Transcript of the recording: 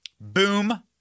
Boom